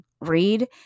read